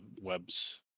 webs